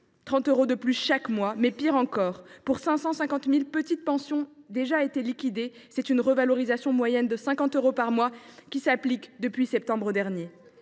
30 euros de plus chaque mois. Mais, pire encore, pour 550 000 petites pensions ayant déjà été liquidées, c’est une revalorisation moyenne de 50 euros par mois qui s’applique depuis septembre dernier.